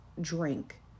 drink